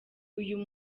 uyu